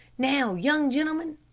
now, young gentlemen,